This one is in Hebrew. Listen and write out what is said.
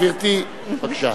גברתי, בבקשה.